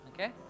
Okay